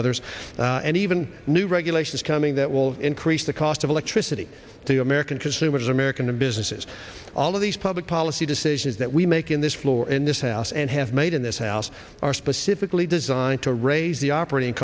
others and even new regulations coming that will increase the cost of electricity to american consumers american businesses all of these public policy decisions that we make in this floor in this house and have made in this house are specifically designed to raise the operating